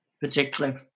particularly